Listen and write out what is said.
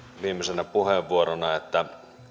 viimeisenä puheenvuorona että